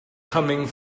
coming